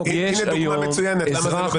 הנה דוגמה מצוינת למה זה לא בסדר.